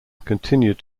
continued